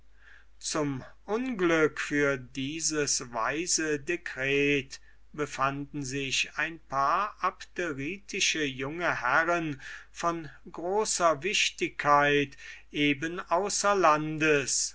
zum unglück für dieses weise decret befanden sich zween abderitische junge herren von großer wichtigkeit eben außer landes